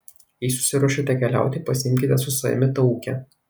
jei susiruošėte keliauti pasiimkite su savimi taukę